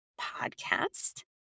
podcast